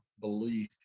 belief